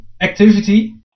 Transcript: activity